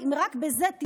חבר הכנסת מרגי,